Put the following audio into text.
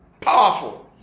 Powerful